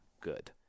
good